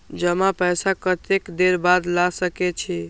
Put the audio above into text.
जमा पैसा कतेक देर बाद ला सके छी?